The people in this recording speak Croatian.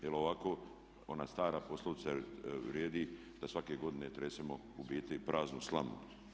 Jer ovako ona stara poslovica vrijedi da svake godine tresemo u biti praznu slamu.